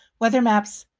weather maps,